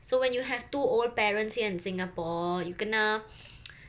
so when you have two old parents here in singapore you kena